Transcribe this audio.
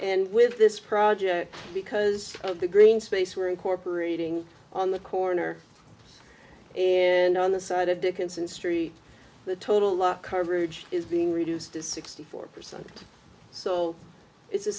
and with this project because of the green space we're incorporating on the corner and on the side of dickinson street the total lock coverage is being reduced to sixty four percent so it's a